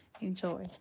enjoy